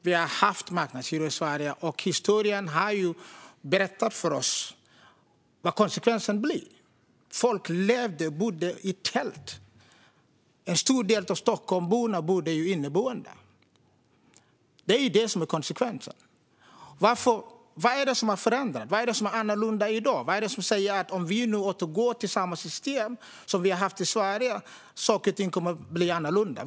Vi har haft marknadshyror i Sverige, och historien har visat vad konsekvensen blir. Folk bodde i tält, och en stor del av stockholmarna bodde inneboende. Vad har förändrats? Vad är annorlunda i dag? Vad är det som säger att om vi återgår till detta system kommer saker och ting att bli annorlunda?